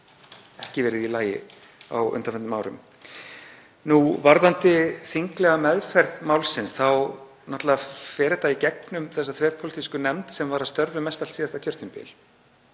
ekki verið í lagi á undanförnum árum. Varðandi þinglega meðferð málsins þá fer þetta náttúrlega í gegnum þessa þverpólitísku nefnd sem var að störfum mestallt síðasta kjörtímabil